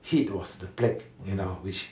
hit was the plague you know